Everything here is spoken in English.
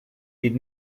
did